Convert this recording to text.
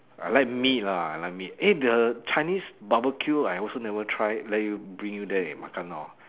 I like meat lah I like meat eh the chinese barbeque I also never try let you bring you there and makan now ah